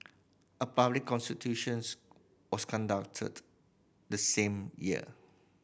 a public consultations was conducted the same year